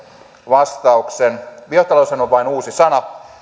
vastauksen biotaloushan on vain uusi sana